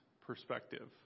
perspective